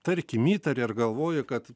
tarkim įtari ar galvoji kad